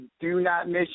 do-not-miss